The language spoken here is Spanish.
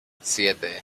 siete